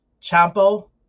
champo